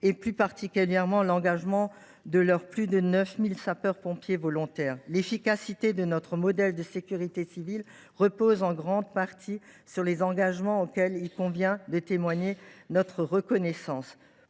plus particulièrement l’engagement de leur plus de 9 000 sapeurs pompiers volontaires. L’efficacité de notre modèle de sécurité civile repose en grande partie sur cet engagement, et il convient de leur témoigner notre reconnaissance.